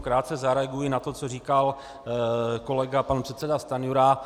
Krátce zareaguji na to, co říkal kolega pan předseda Stanjura.